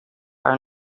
are